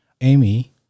Amy